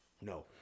No